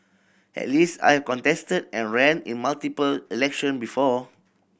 at least I have contested and ran in multiple election before